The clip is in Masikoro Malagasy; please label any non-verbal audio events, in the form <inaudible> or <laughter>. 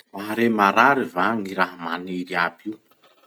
Mahare maharary va gny raha <noise> maniry aby io?